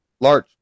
large